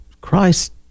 Christ